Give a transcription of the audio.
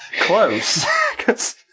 Close